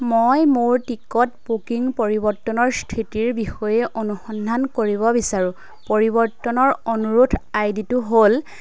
মই মোৰ ticket booking পৰিৱৰ্তনৰ স্থিতিৰ বিষয়ে অনুসন্ধান কৰিব বিচাৰোঁ পৰিৱৰ্তনৰ অনুৰোধ আই ডিটো হ'ল